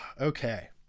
Okay